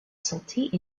sortie